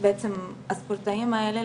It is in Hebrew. בעצם הספורטאים האלה,